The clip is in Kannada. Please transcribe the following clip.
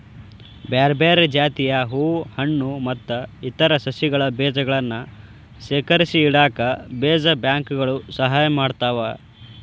ಬ್ಯಾರ್ಬ್ಯಾರೇ ಜಾತಿಯ ಹೂ ಹಣ್ಣು ಮತ್ತ್ ಇತರ ಸಸಿಗಳ ಬೇಜಗಳನ್ನ ಶೇಖರಿಸಿಇಡಾಕ ಬೇಜ ಬ್ಯಾಂಕ್ ಗಳು ಸಹಾಯ ಮಾಡ್ತಾವ